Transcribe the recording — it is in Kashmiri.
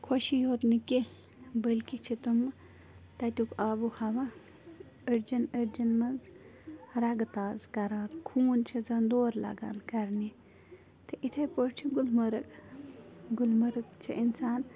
خۄشی یوت نہٕ کیٚنٛہہ بلکہِ چھِ تِم تَتیُک آب و ہوا أڈجن أڈجن منٛز رَگہٕ تازٕ کَران خون چھُ زن دورٕ لَگان کَرنہِ تہٕ یِتھَے پٲٹھۍ چھُ گُلمَرٕگ گُلمرگ چھِ اِنسان